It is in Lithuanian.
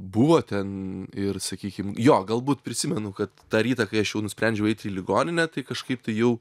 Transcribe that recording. buvo ten ir sakykim jo galbūt prisimenu kad tą rytą kai aš jau nusprendžiau eit į ligoninę tai kažkaip tai jau